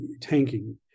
tanking